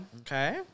Okay